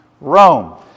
Rome